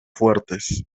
fuertes